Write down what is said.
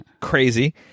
Crazy